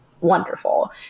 wonderful